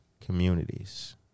communities